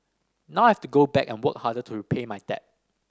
now I have to go back and work harder to repay my debt